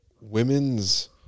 women's